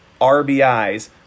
RBIs